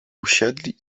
usiedli